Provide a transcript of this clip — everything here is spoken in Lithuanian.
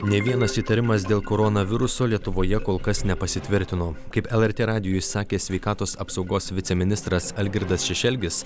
nė vienas įtarimas dėl koronaviruso lietuvoje kol kas nepasitvirtino kaip lrt radijui sakė sveikatos apsaugos viceministras algirdas šešelgis